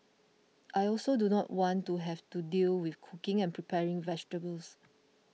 I also do not want to have to deal with cooking and preparing vegetables